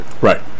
Right